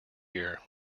year